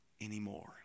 anymore